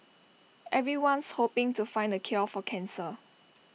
everyone's hoping to find the cure for cancer